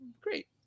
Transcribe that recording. great